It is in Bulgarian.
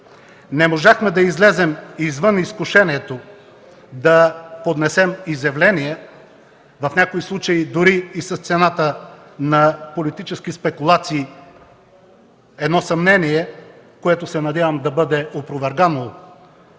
Не можахме да излезем извън изкушението да поднесем изявление в някои случаи дори с цената на политически спекулации – едно съмнение, което се надявам да бъде опровергано